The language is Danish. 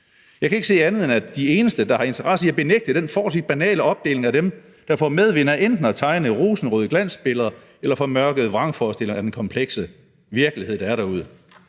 Jeg kan ikke se andet, end at de eneste, der har en interesse i at benægte den forholdsvis banale opdeling, er dem, der får medvind af enten at tegne rosenrøde glansbilleder eller formørkede vrangforestillinger af den komplekse virkelighed, der er derude.